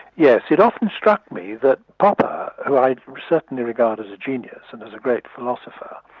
yes, it often struck me that popper, who i certainly regard as a genius and as a great philosopher,